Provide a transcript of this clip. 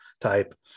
type